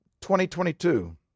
2022